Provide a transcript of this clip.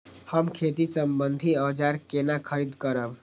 हम खेती सम्बन्धी औजार केना खरीद करब?